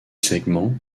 segments